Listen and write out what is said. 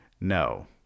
No